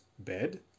bed